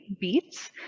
beats